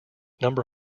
number